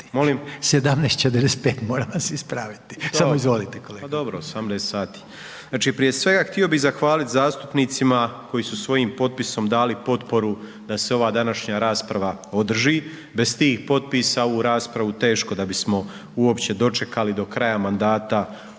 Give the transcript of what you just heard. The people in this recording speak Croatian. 17,45 moram vas ispraviti, samo izvolite kolega/…pa dobro 18 sati. Znači, prije svega htio bi zahvaliti zastupnicima koji su svojim potpisom dali potporu da se ova današnja rasprava održi, bez tih potpisa ovu raspravu teško da bismo uopće dočekali do kraja mandata ovog